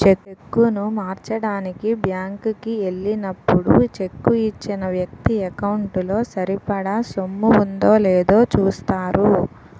చెక్కును మార్చడానికి బ్యాంకు కి ఎల్లినప్పుడు చెక్కు ఇచ్చిన వ్యక్తి ఎకౌంటు లో సరిపడా సొమ్ము ఉందో లేదో చూస్తారు